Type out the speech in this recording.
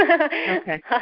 Okay